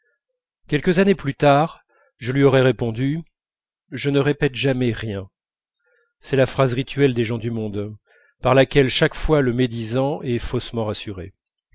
quelques années plus tard je lui aurais répondu je ne répète jamais rien c'est la phrase rituelle des gens du monde par laquelle chaque fois le médisant est faussement rassuré